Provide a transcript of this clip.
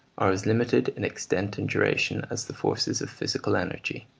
are as limited in extent and duration as the forces of physical energy.